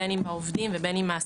בין אם זה עובדים ובין אם מעסיקים,